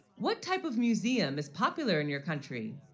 what type of museum is popular in your country?